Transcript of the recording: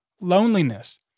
loneliness